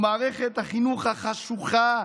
ומערכת החינוך החשוכה,